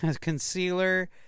Concealer